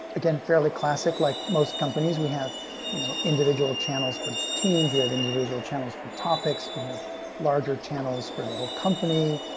again, fairly classic. like most companies, we have you know individual channels for teams. we have individual channels for topics. we have larger channels for the whole company,